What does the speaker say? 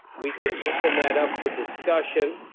we can open that up for discussion.